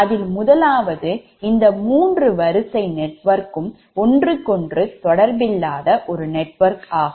அதில் முதலாவது இந்த மூன்று வரிசை நெட்வொர்க் ஒன்றுக்கொன்று தொடர்பில்லாத ஒரு நெட்வொர்க் ஆகும்